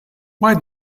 why